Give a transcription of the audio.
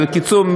בקיצור,